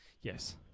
Yes